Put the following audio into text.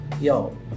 yo